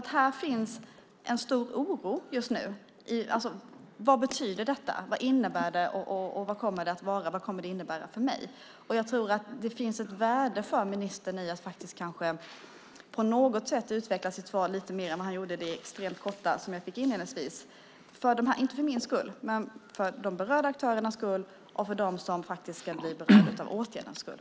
Det finns en stor oro kring detta just nu. Vad betyder det? Vad kommer det att innebära för den enskilde individen? Jag tror att det finns ett värde i att ministern kanske något utvecklar sitt svar, alltså ger ett lite utförligare svar än det extremt korta jag fick inledningsvis. Det är inte för min skull, utan för de berörda aktörernas skull och för deras skull som blir berörda av åtgärderna.